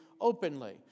openly